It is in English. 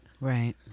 Right